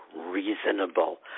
reasonable